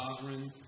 sovereign